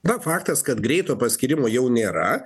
gal faktas kad greito paskyrimo jau nėra